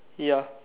ya